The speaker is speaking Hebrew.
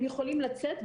הם יכולים לצאת,